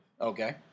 Okay